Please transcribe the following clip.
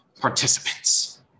participants